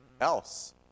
else